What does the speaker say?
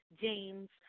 James